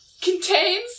contains